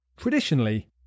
Traditionally